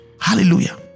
hallelujah